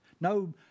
No